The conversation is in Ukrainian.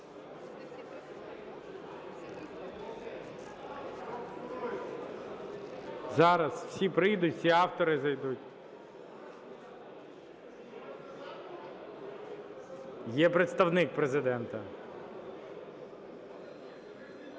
Зараз всі прийдуть, всі автори зайдуть. Є представник Президента.